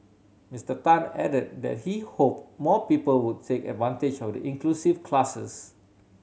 Mister Tan added that he hope more people would take advantage of the inclusive classes